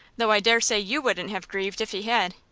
though i dare say you wouldn't have grieved if he had.